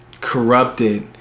corrupted